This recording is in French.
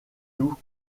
nous